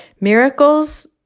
Miracles